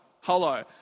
hello